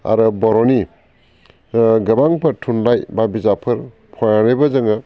आरो बर'नि गोबांफोर थुनलाइ बा बिजाबफोर फरायनानैबो जोङो